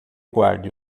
guarde